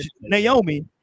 Naomi